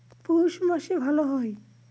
পৌষ মাসে ভালো হয়?